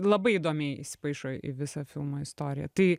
labai įdomiai įsipaišo į visą filmo istoriją tai